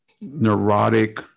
neurotic